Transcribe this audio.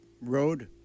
road